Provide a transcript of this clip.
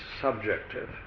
subjective